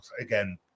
again